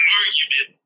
argument